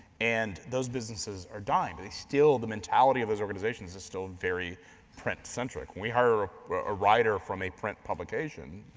and those businesses are dying, but they still, the mentality of those organizations is still very print-centric. we hire ah a writer from a print publication,